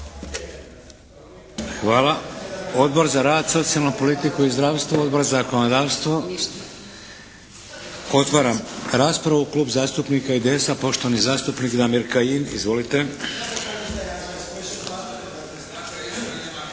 Hvala. Odbor za rad, socijalnu politiku i zdravstvo? Odbor za zakonodavstvo? Otvaram raspravu. Klub zastupnika IDS-a, poštovani zastupnik Damir Kajin. Izvolite.